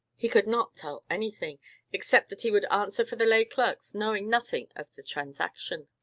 he could not tell anything except that he would answer for the lay-clerks knowing nothing of the transaction.